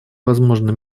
возможно